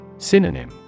Synonym